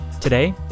Today